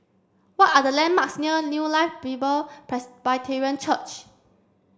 what are the landmarks near New Life Bible Presbyterian Church